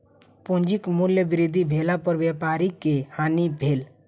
पूंजीक मूल्य वृद्धि भेला पर व्यापारी के हानि भेल